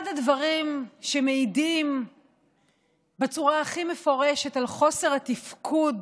אחד הדברים שמעידים בצורה הכי מפורשת על חוסר התפקוד